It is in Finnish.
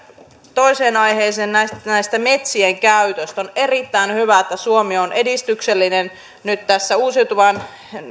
toiseen aiheeseen metsien käytöstä on erittäin hyvä että suomi on edistyksellinen nyt tässä uusiutuvaan